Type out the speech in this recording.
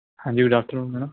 ਹਾਂਜੀ good afternoon ma'am